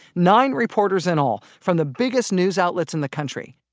nine reporters in all from the biggest news outlets in the country,